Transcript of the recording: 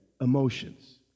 emotions